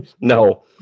No